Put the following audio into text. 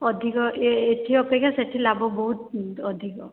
ଅଧିକ ଏଇଠି ଅପେକ୍ଷା ସେଇଠି ଲାଭ ବହୁତ ଅଧିକ